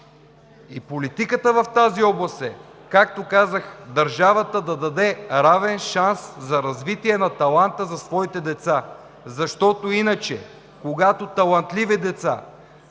И политиката в тази област е, както казах, държавата да даде равен шанс за развитие на таланта за своите деца. Иначе, когато талантливо дете,